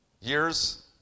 years